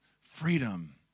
freedom